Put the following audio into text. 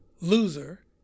Loser